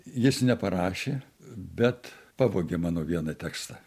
jis neparašė bet pavogė mano vieną tekstą